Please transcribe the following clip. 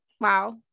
Wow